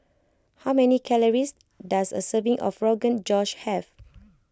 how many calories does a serving of Rogan Josh have